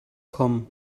kommen